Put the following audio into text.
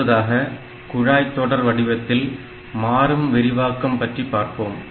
அடுத்ததாக குழாய் தொடர் வடிவத்தில் மாறும் விரிவாக்கம் பற்றி பார்ப்போம்